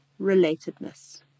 relatedness